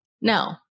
No